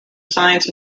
science